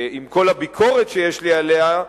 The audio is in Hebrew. עם כל הביקורת שיש לי עליה,